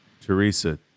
Teresa